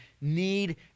need